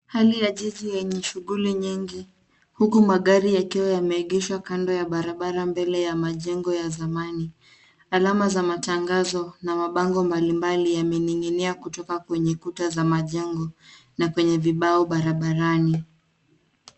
Hali ya jiji yenye shuguli nyingi huku magari yakiwa yameegeshwa kando ya barabara mbele ya majengo ya zamani. Alama za matangazo na mabango mbalimbali yamening'inia kutoka kwenye kuta za majengo na kwenye vibao barabarani.